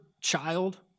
child